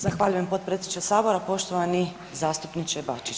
Zahvaljujem potpredsjedniče Sabora, poštovani zastupniče Bačić.